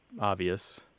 obvious